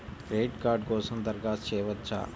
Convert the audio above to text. Credit card కోసం దరఖాస్తు చేయవచ్చా?